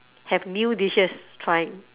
have new dishes trying